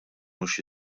mhux